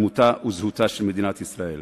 דמותה וזהותה של מדינת ישראל.